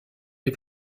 les